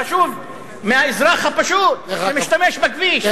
חשוב מהאזרח הפשוט המשתמש בכביש?